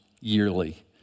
yearly